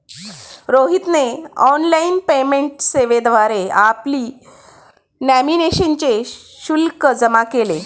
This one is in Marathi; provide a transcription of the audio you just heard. रोहितने ऑनलाइन पेमेंट सेवेद्वारे आपली नॉमिनेशनचे शुल्क जमा केले